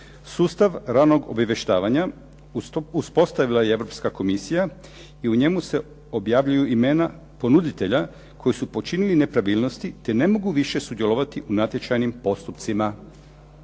"Sustav ranog obavještavanja uspostavila je Europska komisija i u njemu se objavljuju imena ponuditelja koja su počinili nepravilnosti, te ne mogu više sudjelovati u natječajnim postupcima".